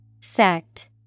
Sect